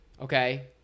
Okay